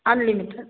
unlimited